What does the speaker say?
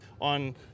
on